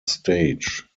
stage